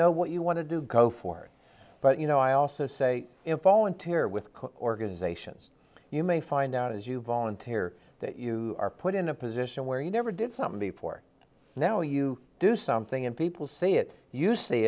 know what you want to do go for it but you know i also say involuntary with organizations you may find out as you volunteer that you are put in a position where you never did something before now you do something and people say it you see